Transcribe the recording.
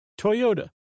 Toyota